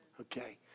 okay